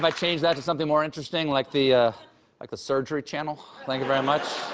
but change that to something more interesting, like the ah like surgery channel? thank you very much.